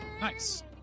Nice